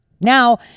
now